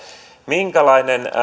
minkälainen